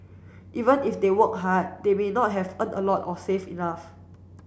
even if they work hard they may not have earn a lot or save enough